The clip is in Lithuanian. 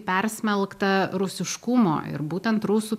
persmelkta rusiškumo ir būtent rusų